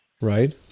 Right